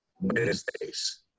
Wednesdays